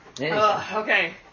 Okay